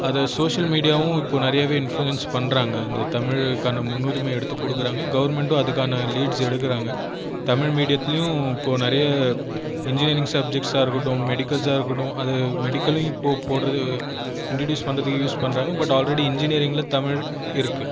அது சோசியல் மீடியாவும் இப்போ நிறையவே இன்ஃப்லுவென்ஸ் பண்ணுறாங்க இந்த தமிழுக்கான முன்னுரிமையாக எடுத்து கொடுக்குறாங்க கவர்மெண்ட் அதுக்கான லீட்ஸ் எடுக்கிறாங்க தமிழ் மீடியத்துலேயும் இப்போது நிறைய இன்ஜினியரிங் சப்ஜெக்ட்சாக இருக்கட்டும் மெடிக்கல்சாக இருக்கட்டும் அது மெடிக்கல் இப்போ போடுறது இண்ட்ரடியூஸ் பண்ணுறதுக்கு யூஸ் பண்ணுறாங்க பட் ஆல்ரெடி இன்ஜினியரிங்கில் தமிழ் இருக்குது